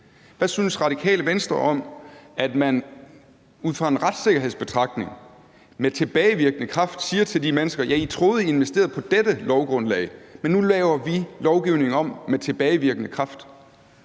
Hvad synes Radikale Venstre om, at man ud fra en retssikkerhedsmæssig betragtning med tilbagevirkende kraft siger til de mennesker: Ja, I troede, at I investerede på dette lovgrundlag, men nu laver vi lovgivningen om med tilbagevirkende kraft?